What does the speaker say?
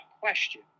question